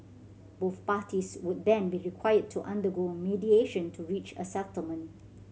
both parties would then be required to undergo mediation to reach a settlement